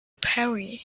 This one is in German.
perry